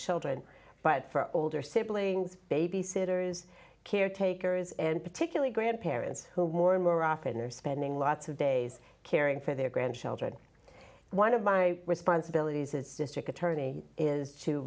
children but for older siblings babysitters caretakers and particularly grandparents who more and more often are spending lots of days caring for their grandchildren one of my responsibilities as district attorney is to